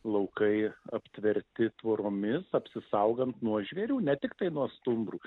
laukai aptverti tvoromis apsisaugant nuo žvėrių ne tik tai nuo stumbrų